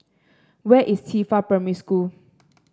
where is Qifa Primary School